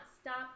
stop